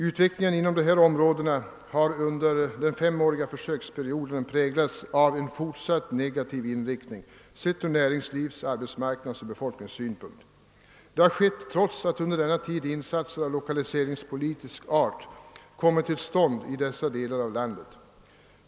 Utvecklingen inom dessa har under den femåriga försöksperioden präglats av en fortsatt negativ inriktning från näringslivs-, arbetsmarknadsoch befolkningssynpunkt. Detta har skett trots att insatser av lokaliseringspolitisk art gjorts under denna tid i dessa delar av landet.